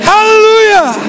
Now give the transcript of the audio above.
Hallelujah